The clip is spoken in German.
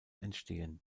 entstehen